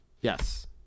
Yes